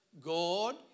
God